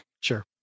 Sure